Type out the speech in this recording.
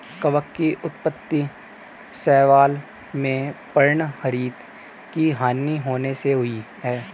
कवक की उत्पत्ति शैवाल में पर्णहरित की हानि होने से हुई है